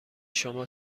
شما